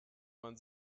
man